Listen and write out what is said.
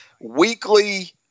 Weekly